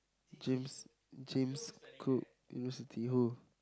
James James-Cook-University who